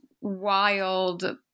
wild